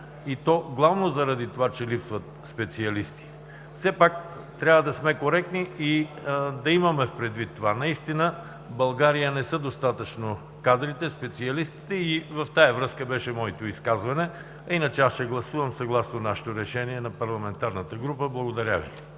и то главно заради това, че липсват специалисти. Все пак трябва да сме коректни и да имаме предвид това. Наистина в България не са достатъчно кадрите, специалистите. В тази връзка беше моето изказване. Иначе аз ще гласувам съгласно решението на нашата парламентарната група. Благодаря Ви.